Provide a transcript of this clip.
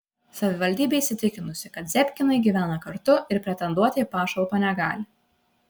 savivaldybė įsitikinusi kad zebkinai gyvena kartu ir pretenduoti į pašalpą negali